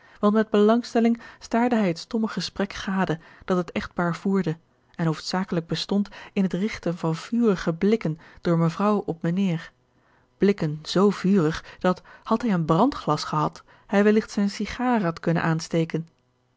want met belangstelling staarde hij het stomme gesprek gade dat het echtpaar voerde en hoofdzakelijk bestond in het rigten van vurige blikken door mevrouw op mijnheer blikken zoo vurig dat had hij een brandglas gehad hij welligt zijne sigaar had kunnen aansteken